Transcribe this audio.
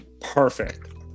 perfect